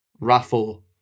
raffle